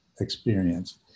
experience